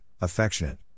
affectionate